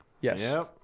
Yes